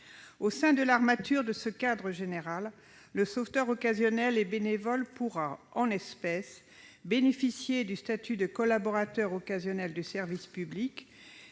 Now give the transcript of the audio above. Au sein de l'armature de ce cadre général, le sauveteur occasionnel et bénévole pourra, en l'espèce, bénéficier du statut de collaborateur occasionnel du service public,